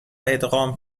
ادغام